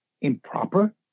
improper